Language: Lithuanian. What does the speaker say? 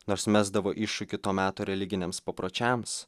nors mesdavo iššūkį to meto religiniams papročiams